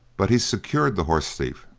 but he secured the horse thief.